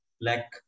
black